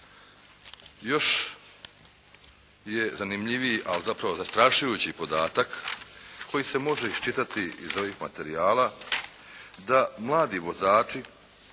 Još je zanimljiviji, ali zapravo zastrašujući podatak koji se može iščitati iz ovih materijala, da mladi vozači